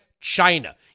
China